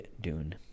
Dune